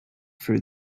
through